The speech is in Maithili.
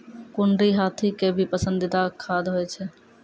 कुनरी हाथी के भी पसंदीदा खाद्य होय छै